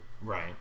Right